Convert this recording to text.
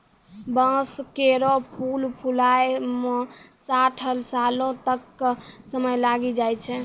बांस केरो फूल फुलाय म साठ सालो तक क समय लागी जाय छै